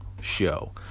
show